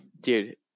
Dude